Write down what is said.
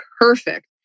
perfect